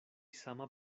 sama